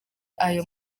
ayo